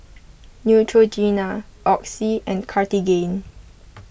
Neutrogena Oxy and Cartigain